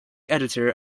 editor